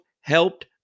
helped